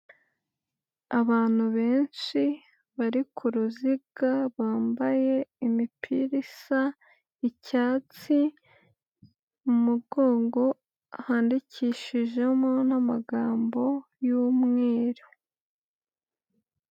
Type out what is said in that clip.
Abantu benshi bari ku ruziga bambaye imipira isa icyatsi, mu mugongo handikishijemo n'amagambo y'umweru.